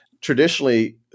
traditionally